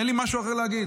אין לי משהו אחר להגיד.